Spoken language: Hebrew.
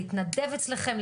להתנדב אצלכם,